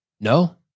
No